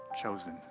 chosen